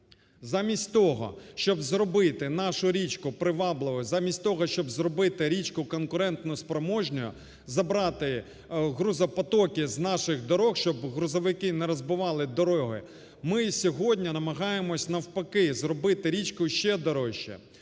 Замість того, щоб зробити нашу річку привабливою, замість того, щоб зробити річку конкурентоспроможною, забрати вантажопотоки з наших доріг, щоб вантажівки не розбивали дороги, ми сьогодні намагаємось, навпаки, зробити річку ще дорожче.